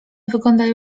wyglądają